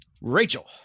Rachel